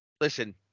listen